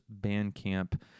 Bandcamp